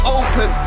open